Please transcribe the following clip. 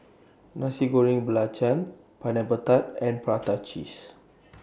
Nasi Goreng Belacan Pineapple Tart and Prata Cheese